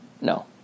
no